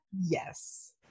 Yes